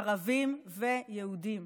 ערבים ויהודים.